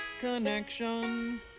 connection